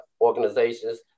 organizations